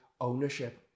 ownership